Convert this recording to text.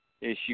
issue